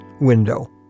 window